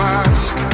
ask